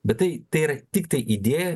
bet tai tai yra tiktai idėja